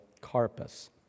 carpus